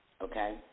okay